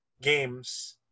games